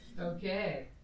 Okay